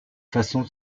façon